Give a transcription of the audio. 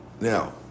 Now